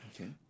Okay